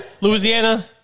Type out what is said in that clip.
Louisiana